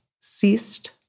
ceased